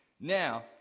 Now